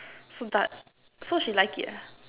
so so she like it lah